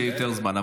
כשיש יותר זמן.